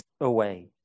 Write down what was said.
away